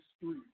street